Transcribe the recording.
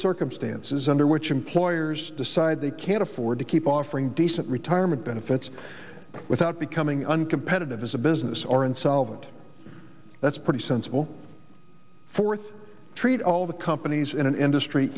circumstances under which employers decide they can't afford to keep offering decent retirement benefits without becoming uncompetitive as a business or insolvent that's pretty sensible fourth treat all the companies in an industry